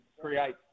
create